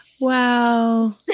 Wow